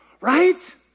Right